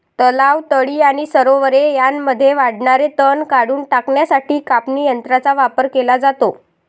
तलाव, तळी आणि सरोवरे यांमध्ये वाढणारे तण काढून टाकण्यासाठी कापणी यंत्रांचा वापर केला जातो